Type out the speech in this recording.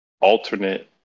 alternate